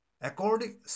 According